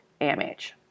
AMH